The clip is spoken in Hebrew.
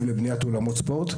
התקציב לבניית אולמות ספורט.